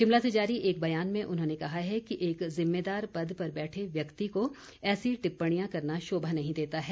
शिमला से जारी एक बयान में उन्होंने कहा है कि एक जिम्मेदार पद पर बैठे व्यक्ति को ऐसी टिप्पणियां करना शोभा नहीं देता है